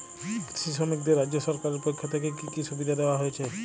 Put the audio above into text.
কৃষি শ্রমিকদের রাজ্য সরকারের পক্ষ থেকে কি কি সুবিধা দেওয়া হয়েছে?